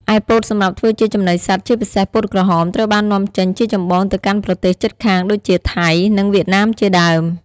ឯពោតសម្រាប់ធ្វើជាចំណីសត្វ ជាពិសេស ពោតក្រហម ត្រូវបាននាំចេញជាចម្បងទៅកាន់ប្រទេសជិតខាងដូចជា ថៃ និង វៀតណាមជាដើម។